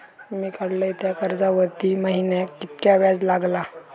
मी काडलय त्या कर्जावरती महिन्याक कीतक्या व्याज लागला?